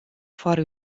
foar